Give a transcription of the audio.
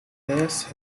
base